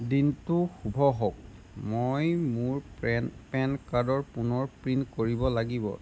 দিনটো শুভ হওক মই মোৰ পে পেন কাৰ্ডৰ পুনৰ প্ৰিণ্ট কৰিব লাগিব